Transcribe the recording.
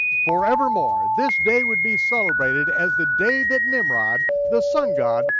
forevermore this day would be celebrated as the day that nimrod, the sun-god,